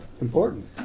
Important